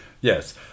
Yes